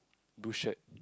blue shirt